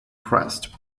crest